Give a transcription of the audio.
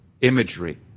imagery